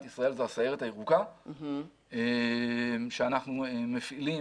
ישראל זו הסיירת הירוקה שאנחנו מפעילים.